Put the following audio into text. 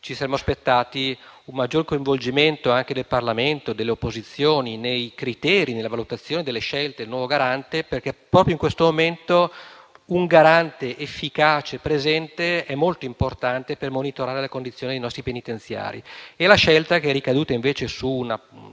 dei detenuti, un maggior coinvolgimento anche del Parlamento e delle opposizioni nei criteri di valutazione delle scelte del nuovo garante. Proprio in questo momento un garante efficace e presente è molto importante per monitorare le condizioni dei nostri penitenziari. E la scelta, ricaduta invece su una